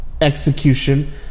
execution